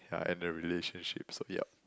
yeah and the relationship so yup